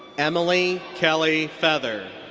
emma kelly kelly feather.